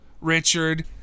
Richard